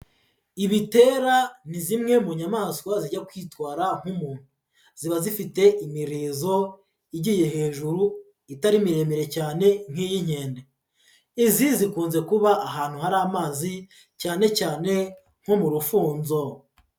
Ibitera ni zimwe mu nyamaswa zijya kwitwara nk'umuntu, ziba zifite imirizo igiye hejuru itari miremire cyane nk'iy'inkende. Izi zikunze kuba ahantu hari amazi cyane cyane nko mu rufunzo.